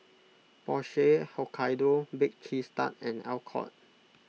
Porsche Hokkaido Baked Cheese Tart and Alcott